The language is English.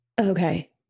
Okay